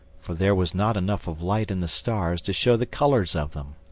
for there was not enough of light in the stars to show the colours of them.